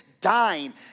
dying